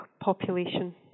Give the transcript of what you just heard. population